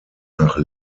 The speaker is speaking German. nach